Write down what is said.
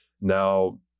Now